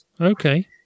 Okay